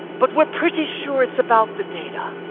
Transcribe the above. but we're pretty sure it's about the data.